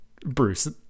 Bruce